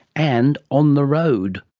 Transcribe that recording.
and on the road.